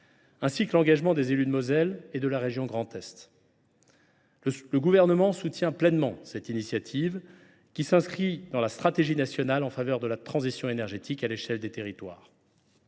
ainsi que l’engagement des élus de Moselle et de la région Grand Est. Le Gouvernement soutient pleinement cette initiative, qui s’inscrit dans la stratégie nationale en faveur de la transition énergétique à l’échelle des territoires.